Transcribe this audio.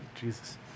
Jesus